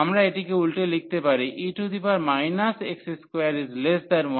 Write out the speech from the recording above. আমরা এটিকে উল্টে লিখতে পারি e x21x2